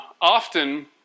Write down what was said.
Often